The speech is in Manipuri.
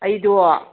ꯑꯩꯗꯣ